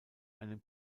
einem